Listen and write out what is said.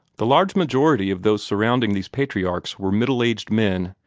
the large majority of those surrounding these patriarchs were middle-aged men,